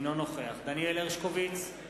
אינו נוכח דניאל הרשקוביץ,